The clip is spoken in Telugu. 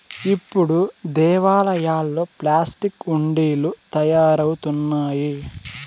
ఇప్పుడు దేవాలయాల్లో ప్లాస్టిక్ హుండీలు తయారవుతున్నాయి